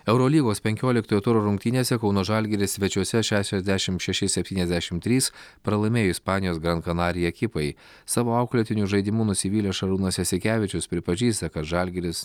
eurolygos penkioliktojo turo rungtynėse kauno žalgiris svečiuose šešiasdešim šeši septyniasdešimt trys pralaimėjo ispanijos gran canaria ekipai savo auklėtinių žaidimu nusivylęs šarūnas jasikevičius pripažįsta kad žalgiris